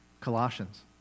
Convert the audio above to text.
Colossians